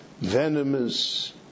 venomous